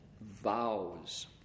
Vows